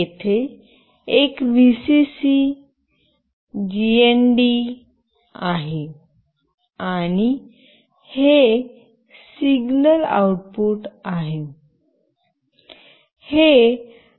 येथे एक VCC GND आहे आणि हे सिग्नल आउटपुट आहे